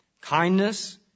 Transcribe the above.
kindness